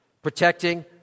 Protecting